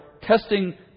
testing